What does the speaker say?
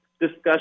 discussion